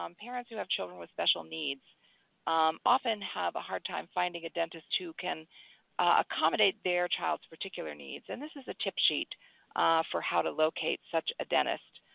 um parents who have children with special needs often have a hard time finding a dentist who can accommodate their child's particular needs. and this is a tip sheet for how to locate such a dentist.